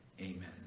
amen